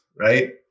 right